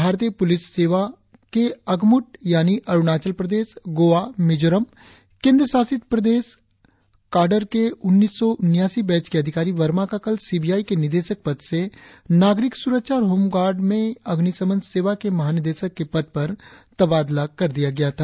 भारतीय पुलिस सेवा के एकमुट यानि अरुणाचल प्रदेश गोवा मिजोरम केंद्रीयशासित प्रदेश काडर के उन्नीस सौ उन्यासी बैच के अधिकारी वर्मा का कल सीबीआई के निदेशक पद से नागरिक सुरक्षा और होमगार्ड में अग्रिशमन सेवा के महानिदेशक के पद पर तबादला कर दिया गया था